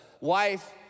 wife